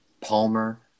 Palmer